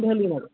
देहलि मध्ये